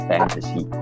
Fantasy